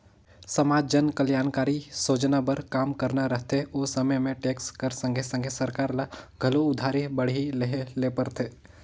समाज जनकलयानकारी सोजना बर काम करना रहथे ओ समे में टेक्स कर संघे संघे सरकार ल घलो उधारी बाड़ही लेहे ले परथे